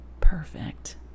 Perfect